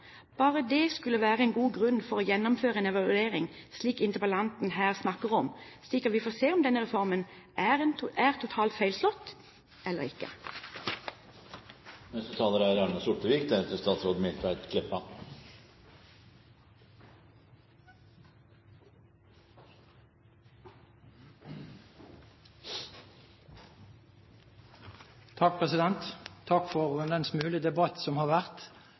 Bare det skulle være en god grunn til å gjennomføre en evaluering, slik interpellanten her snakker om, slik at vi får se om denne reformen er totalt feilslått eller ikke. Takk for den smule debatt som har vært.